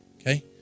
Okay